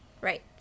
right